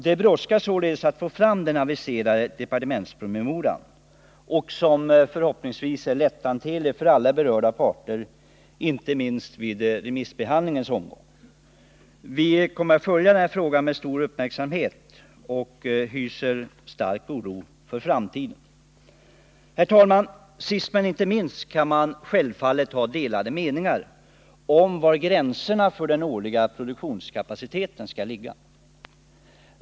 Det brådskar således att få fram den aviserade departementspromemorian, som förhoppningsvis blir lätthanterlig för alla berörda parter, inte minst vid remissomgången. Vi kommer att följa den här frågan med stor uppmärksamhet och hyser stark oro för framtiden. Man kan självfallet ha delade meningar om var gränserna för den årliga produktionskapaciteten skall gå.